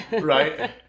right